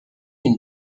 une